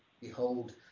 Behold